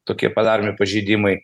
tokie padaromi pažeidimai